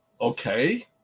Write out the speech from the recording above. Okay